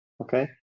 Okay